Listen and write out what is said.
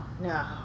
No